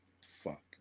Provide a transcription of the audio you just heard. Fuck